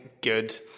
good